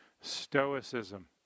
stoicism